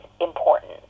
important